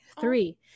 three